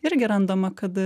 irgi randama kad